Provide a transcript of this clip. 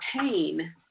pain